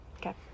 Okay